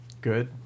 Good